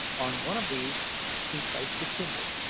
on one of these he placed the tinder,